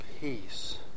peace